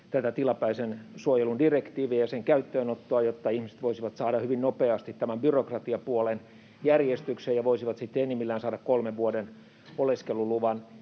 tilapäisen suojelun direktiiviä ja sen käyttöönottoa, jotta ihmiset voisivat saada hyvin nopeasti tämän byrokratiapuolen järjestykseen ja voisivat sitten enimmillään saada kolmen vuoden oleskeluluvan